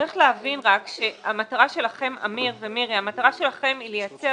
צריך להבין שהמטרה שלכם אמיר ומירי היא לייצר,